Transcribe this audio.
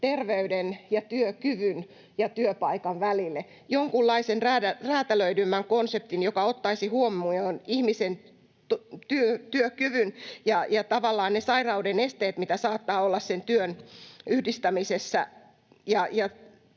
terveyden ja työkyvyn ja työpaikan välille, jonkunlaisen räätälöidymmän konseptin, joka ottaisi huomioon ihmisen työkyvyn ja tavallaan ne sairauden esteet, mitkä saattavat olla sen työn yhdistämisessä,